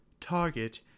Target